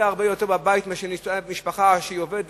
הרבה יותר בבית מאשר במשפחה עובדת,